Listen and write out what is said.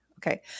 Okay